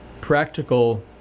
practical